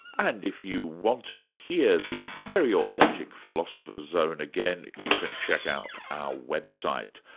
and if you want to hear the very authentic philosopher's zone again, you can check out our website.